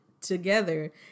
together